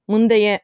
முந்தைய